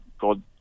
God